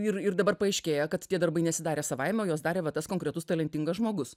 ir ir dabar paaiškėja kad tie darbai nesidarė savaime o juos darė va tas konkretus talentingas žmogus